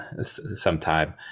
sometime